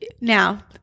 now